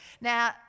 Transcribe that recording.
Now